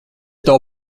tev